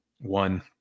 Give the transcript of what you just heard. one